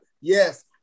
Yes